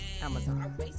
Amazon